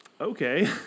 Okay